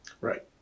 Right